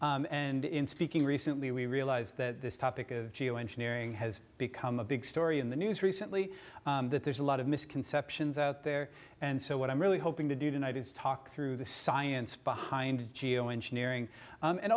atmospheres and in speaking recently we realize that this topic of geo engineering has become a big story in the news recently that there's a lot of misconceptions out there and so what i'm really hoping to do tonight is talk through the science behind geo engineering and